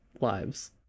lives